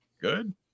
Good